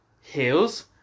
Heels